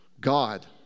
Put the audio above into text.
God